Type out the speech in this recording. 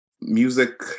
music